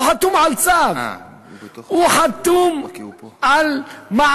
הוא חתום על צו.